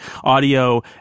audio